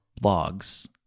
blogs